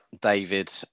david